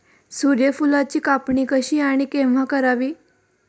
सूर्यफुलाची कापणी कशी आणि केव्हा करावी?